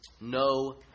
No